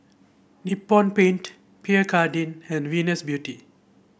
Nippon Paint Pierre Cardin and Venus Beauty